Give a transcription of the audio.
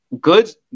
Goods